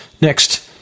Next